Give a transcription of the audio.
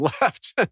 left